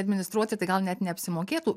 administruoti tai gal net neapsimokėtų